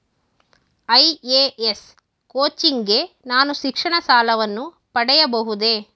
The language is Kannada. ಐ.ಎ.ಎಸ್ ಕೋಚಿಂಗ್ ಗೆ ನಾನು ಶಿಕ್ಷಣ ಸಾಲವನ್ನು ಪಡೆಯಬಹುದೇ?